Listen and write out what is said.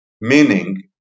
meaning